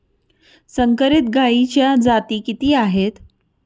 संकरित गायीच्या जाती किती आहेत?